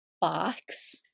box